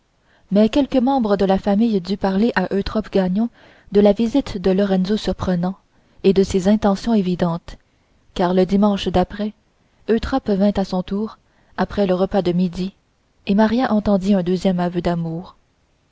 mais quelque membre de la famille dut parler à eutrope gagnon de la visite de lorenzo surprenant et de ses intentions évidentes car le dimanche d'après eutrope vint à son tour après le repas de midi et maria entendit un deuxième aveu d'amour